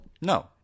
No